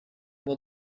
will